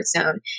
zone